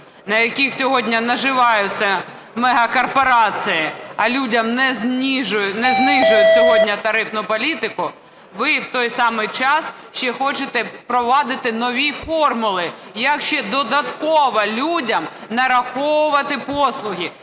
на яких сьогодні наживаються мегакорпорації, а людям не знижують сьогодні тарифну політику, ви в той самий час ще хочете провадити нові формули як ще додатково людям нараховувати послуги,